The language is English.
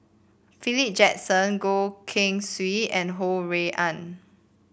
Philip Jackson Goh Keng Swee and Ho Rui An